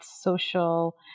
social